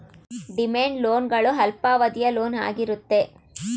demand loan ಗಳು ಅಲ್ಪಾವಧಿಯ loan ಆಗಿರುತ್ತೆ